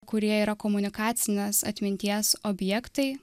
kurie yra komunikacinės atminties objektai